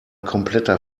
kompletter